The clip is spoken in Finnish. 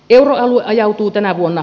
euroalue ajautuu tänä vuonna